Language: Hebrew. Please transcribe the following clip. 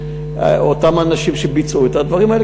אותם אנשים שביצעו את הדברים האלה,